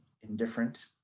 indifferent